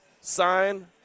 sign